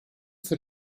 für